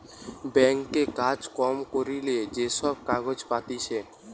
bank এ কাজ কম করিলে যে সব কাগজ পাতিছে